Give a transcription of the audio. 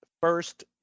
first